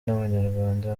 n’abanyarwanda